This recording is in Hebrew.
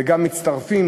וגם מצטרפים,